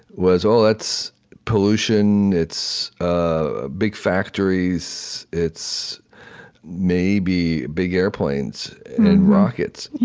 was, oh, that's pollution. it's ah big factories. it's maybe big airplanes and rockets.